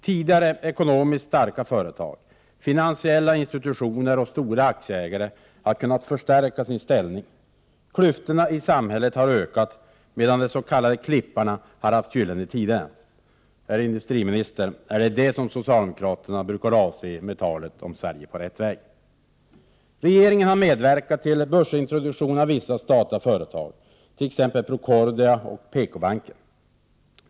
Tidigare ekonomiskt starka företag, finansiella institutioner och stora aktieägare har kunnat förstärka sin ställning. Klyftorna i samhället har ökat, medan de s.k. klipparna har haft gyllene tider. Herr industriminister! Är det detta som socialdemokraterna brukar avse med talet om ”Sverige på rätt väg”? Regeringen har medverkat till börsintroduktion av vissa statliga företag, t.ex. Procordia och PKbanken.